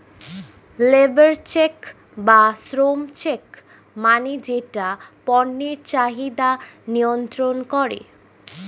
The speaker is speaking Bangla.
লেবর চেক্ বা শ্রম চেক্ মানে যেটা পণ্যের চাহিদা নিয়ন্ত্রন করে